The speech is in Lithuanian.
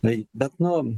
tai bet nu